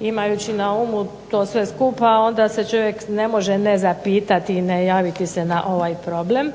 imajući na umu to sve skupa, onda se čovjek ne može ne zapitati i ne javiti se na ovaj problem.